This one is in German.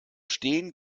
steen